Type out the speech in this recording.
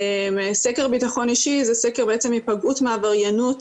סקר ביטחון אישי זה סקר היפגעות מעבריינות